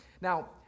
Now